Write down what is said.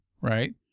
right